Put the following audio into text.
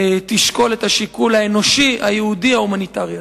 תשקול את השיקול האנושי היהודי ההומניטרי הזה.